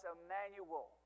Emmanuel